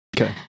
okay